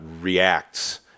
reacts